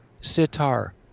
sitar